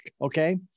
okay